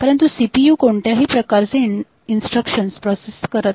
परंतु सीपीयू कोणत्याही प्रकारचे इन्स्ट्रक्शन प्रोसेसिंग करणार नाही